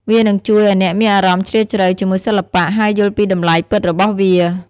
វានឹងជួយឱ្យអ្នកមានអារម្មណ៍ជ្រាលជ្រៅជាមួយសិល្បៈ ហើយយល់ពីតម្លៃពិតរបស់វា។